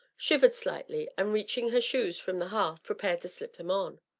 shivered slightly, and reaching her shoes from the hearth prepared to slip them on.